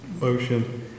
motion